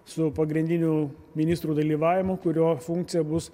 su pagrindinių ministrų dalyvavimu kurio funkcija bus